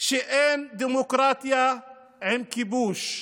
שאין דמוקרטיה עם כיבוש.